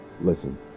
Listen